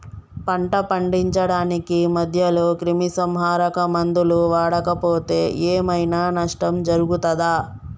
పంట పండించడానికి మధ్యలో క్రిమిసంహరక మందులు వాడకపోతే ఏం ఐనా నష్టం జరుగుతదా?